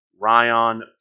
Ryan